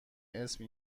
اسم